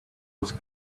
was